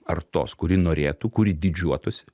ar tos kuri norėtų kuri didžiuotųsi